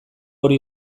hori